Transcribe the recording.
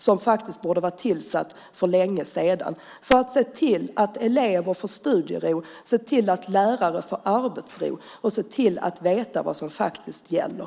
Den borde ha varit tillsatt för länge sedan för att se till att elever får studiero, att lärare får arbetsro och att vi får veta vad som faktiskt gäller.